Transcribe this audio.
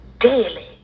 Daily